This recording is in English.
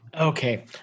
Okay